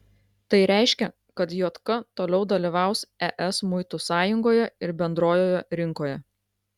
tai reiškia kad jk toliau dalyvaus es muitų sąjungoje ir bendrojoje rinkoje